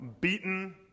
Beaten